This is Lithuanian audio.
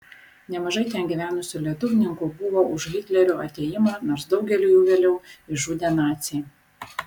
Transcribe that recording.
nemažai ten gyvenusių lietuvninkų buvo už hitlerio atėjimą nors daugelį jų vėliau išžudė naciai